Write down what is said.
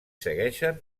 segueixen